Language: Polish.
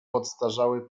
podstarzały